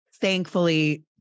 thankfully